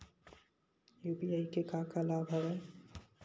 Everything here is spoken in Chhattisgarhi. यू.पी.आई के का का लाभ हवय?